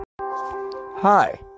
Hi